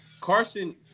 Carson